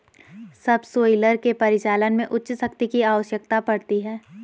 subsoiler के परिचालन में उच्च शक्ति की आवश्यकता पड़ती है